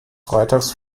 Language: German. freitags